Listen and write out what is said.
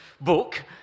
book